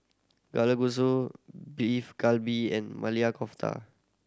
Kalguksu Beef Galbi and Maili Kofta